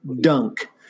dunk